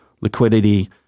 liquidity